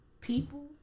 People